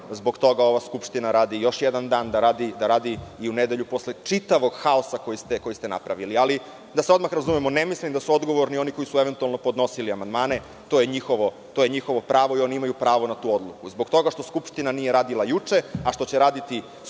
zbog toga ova skupština radi još jedan dan, da radi i u nedelju posle čitavog haosa koji ste napravili. Da se odmah razumemo, ne mislim da su odgovorni oni koji su eventualno podnosili amandmane, to je njihovo pravo i oni imaju pravo na tu odluku. Zbog toga što Skupština nije radila juče, a što će raditi